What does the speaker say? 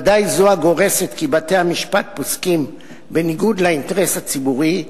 בוודאי זו הגורסת כי בתי-המשפט פוסקים בניגוד לאינטרס הציבורי,